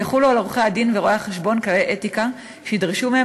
יחולו על עורכי-הדין ורואי-החשבון כללי אתיקה שידרשו מהם